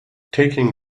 taking